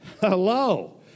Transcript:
Hello